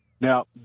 Now